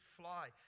fly